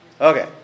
Okay